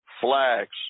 flags